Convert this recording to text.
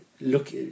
look